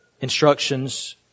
instructions